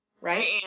right